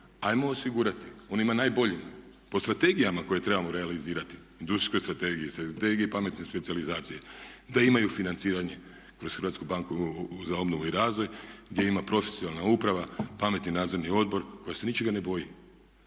Hajmo osigurati onima najboljima po strategijama koje trebamo realizirati, Industrijskoj strategiji, Strategiji pametne specijalizacije da imaju financiranje kroz Hrvatsku banku za obnovu i razvoj gdje ima profesionalna uprava, pametni Nadzorni odbor koja se ničega ne boji,